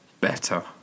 better